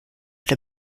der